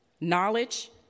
knowledge